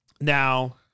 Now